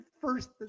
First